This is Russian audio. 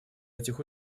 этих